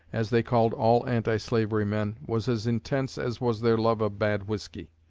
as they called all anti-slavery men, was as intense as was their love of bad whiskey.